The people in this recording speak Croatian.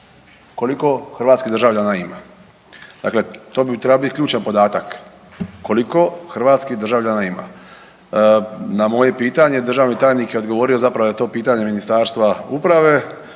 koliko hrvatskih državljana ima. Dakle, to bi, treba bit ključan podatak, koliko hrvatskih državljana ima. Na moje pitanje državni tajnik je odgovorio zapravo je to pitanje Ministarstva uprave,